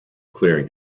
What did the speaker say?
clearing